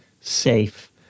safe